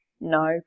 no